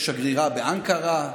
יש שגרירה באנקרה,